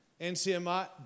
NCMI